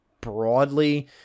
broadly